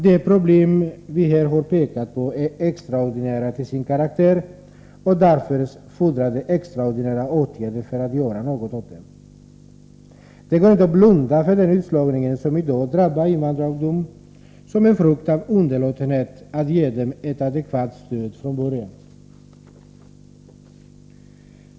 De problem vi här har pekat på är extraordinära till sin karaktär, och därför fordras det extraordinära åtgärder för att göra något åt dem. Det går inte att blunda för den utslagning som i dag drabbar invandrarungdomen som en frukt av underlåtenhet att ge dem ett adekvat stöd från början.